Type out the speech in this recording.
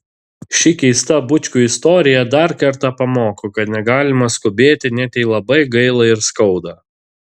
ši keista bučkių istorija dar kartą pamoko kad negalima skubėti net jei labai gaila ir skauda